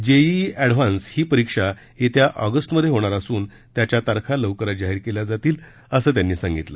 JEE advance ही परीक्षा येत्या ऑगस्टमधे होणार असून त्याच्या तारखा लवकरच जाहीर केल्या जातील असं त्यांनी सांगितलं